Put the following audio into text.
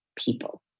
people